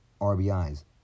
RBIs